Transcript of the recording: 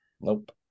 Nope